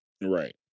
Right